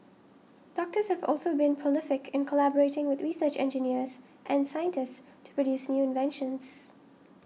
doctors have also been prolific in collaborating with research engineers and scientists to produce new inventions